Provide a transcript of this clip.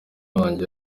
wanjye